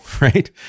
right